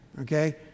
okay